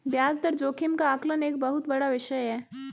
ब्याज दर जोखिम का आकलन एक बहुत बड़ा विषय है